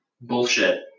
bullshit